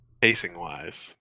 Pacing-wise